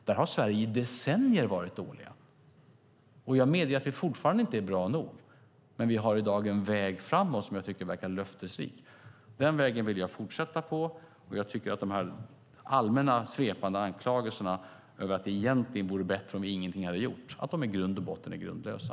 Där har vi i Sverige varit dåliga i decennier. Jag medger att vi fortfarande inte är bra nog, men vi har i dag en väg framåt som jag tycker verkar löftesrik. Den vägen vill jag fortsätta på, och jag tycker att de allmänna svepande anklagelserna om att det egentligen vore bättre om vi ingenting hade gjort i grund och botten är grundlösa.